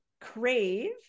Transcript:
crave